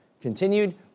continued